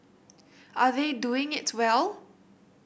are they doing it well